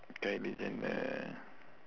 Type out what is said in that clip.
kylie jenner